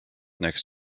next